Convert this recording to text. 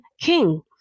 King